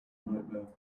nightmare